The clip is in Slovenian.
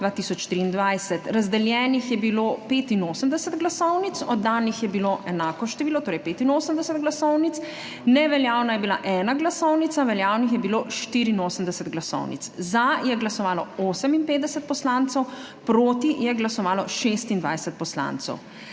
Razdeljenih je bilo 85 glasovnic, oddanih je bilo enako število, torej 85 glasovnic, neveljavna je bila ena glasovnica, veljavnih je bilo 84 glasovnic. Za je glasovalo 58 poslancev, proti je glasovalo 26 poslancev.